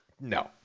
No